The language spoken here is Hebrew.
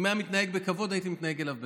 אם היה מתנהג בכבוד הייתי מתנהג אליו בכבוד.